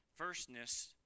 Firstness